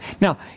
Now